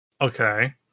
Okay